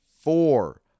Four